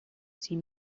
see